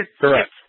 Correct